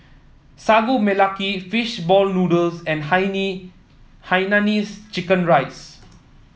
Sagu Melaka fish ball noodles and Hainanese Chicken Rice